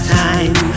time